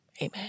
Amen